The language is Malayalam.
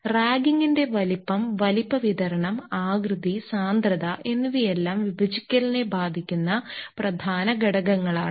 റാഗിംഗിന്റെ വലിപ്പം വലിപ്പ വിതരണം ആകൃതി സാന്ദ്രത എന്നിവയെല്ലാം വിഭജിക്കലിനെ ബാധിക്കുന്ന പ്രധാന ഘടകങ്ങളാണ്